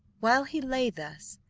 while he lay thus,